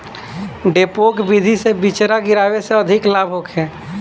डेपोक विधि से बिचरा गिरावे से अधिक लाभ होखे?